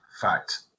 fact